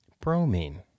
Bromine